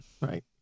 Right